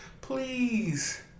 Please